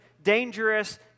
dangerous